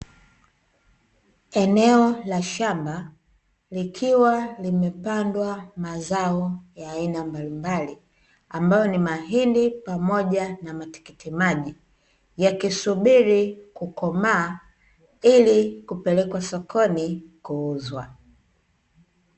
Eneo la shamba likiwa limelimwa mazao ya aina mbalimbali, ambayo ni mahindi pamoja na matikiti maji yakisubiri kukomaa ili kupelekwa sokoni kuuza.